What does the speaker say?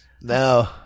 No